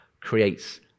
creates